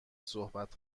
صحبت